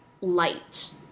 light